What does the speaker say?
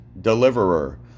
deliverer